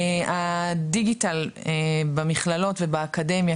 הדיגיטל במכללות ובאקדמיה,